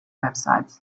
websites